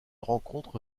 rencontre